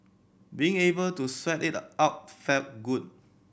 being able to sweat it out felt good